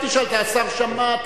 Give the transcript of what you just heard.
אל תשאל כי השר שמע,